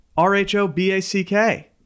R-H-O-B-A-C-K